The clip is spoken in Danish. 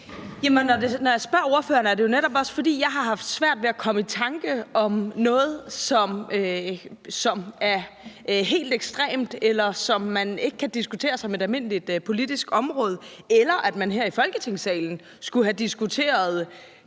jeg har haft svært ved at komme i tanke om noget, som er helt ekstremt, eller som man ikke kan diskutere som på et almindeligt politisk område, eller komme i tanke om, at man her i Folketingssalen skulle have diskuteret